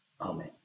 Amen